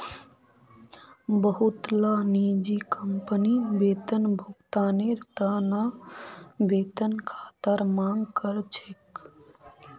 बहुतला निजी कंपनी वेतन भुगतानेर त न वेतन खातार मांग कर छेक